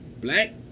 Black